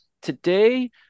today